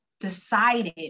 decided